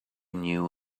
knew